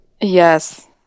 Yes